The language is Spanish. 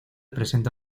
presenta